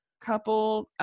couple